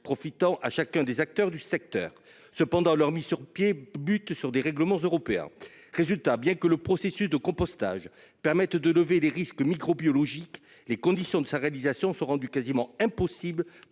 profitant à chacun des acteurs du secteur cependant leur mis sur pied bute sur des règlements européens. Résultat, bien que le processus de compostage permettent de lever des risques microbiologiques. Les conditions de sa réalisation sont rendus quasiment impossibles